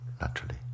naturally